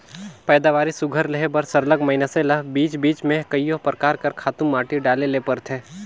पएदावारी सुग्घर लेहे बर सरलग मइनसे ल बीच बीच में कइयो परकार कर खातू माटी डाले ले परथे